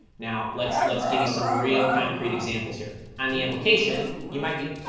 now, let's let's give you some real concrete examples here. on the application, you might be,